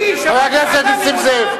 מי שרואה אותך, חבר הכנסת נסים זאב.